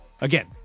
again